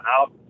out